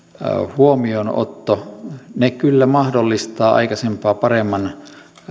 huomioonotto kyllä mahdollistavat aikaisempaa paremman